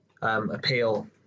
Appeal